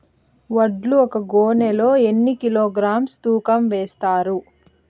వడ్లు ఒక గోనె లో ఎన్ని కిలోగ్రామ్స్ తూకం వేస్తారు?